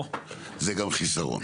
זה גם חיסרון.